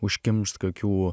užkimšt kokių